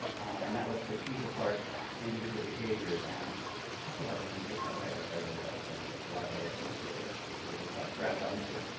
and that lets her tease apart individual behaviors and talk about them in a different way, which i really liked, and i think a lot of our listeners really really grabbed on to.